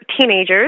teenagers